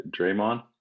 Draymond